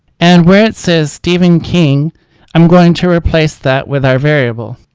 and where it says stephen king i'm going to replace that with our variable.